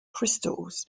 crystals